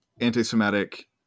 anti-Semitic